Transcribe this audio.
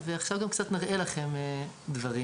ועכשיו גם קצת נראה לכם דברים.